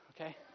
Okay